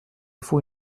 faut